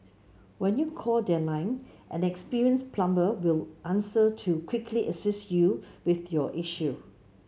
when you call their line an experienced plumber will answer to quickly assist you with your issue